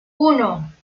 uno